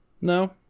No